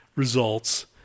Results